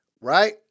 Right